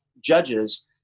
judges